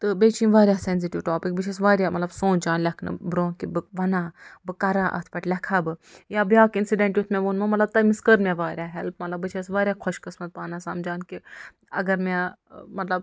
تہٕ بیٚیہِ چھِ یِم واریاہ سیٚنزِٹِو ٹواپِک بہٕ چھَس واریاہ مطلب سونٛچان لیٚکھنہٕ برٛونٛہہ کہِ بہٕ وَناہ بہٕ کرا اَتھ پٮ۪ٹھ لیٚکھا بہٕ یا بیٛاکھ اِنسِڈیٚنٛٹ یُس مےٚ ووٚن مطلب تٔمِس کٔر مےٚ واریاہ ہیٚلٕپ مطلب بہٕ چھیٚس واریاہ خۄش قٕسمت پانَس سَمجھان کہِ اَگر مےٚ ٲں مطلب ٲں